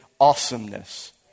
awesomeness